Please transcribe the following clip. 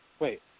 Wait